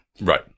Right